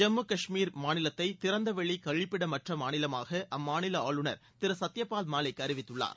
ஜம்மு கஷ்மீர் மாநிலத்தை திறந்தவெளி கழிப்பிடமற்ற மாநிலமாக அம்மாநில ஆளுநர் திரு சத்யபால் மாலிக் அறிவித்துள்ளார்